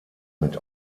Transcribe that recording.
mit